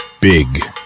big